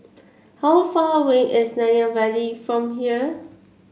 how far away is Nanyang Valley from here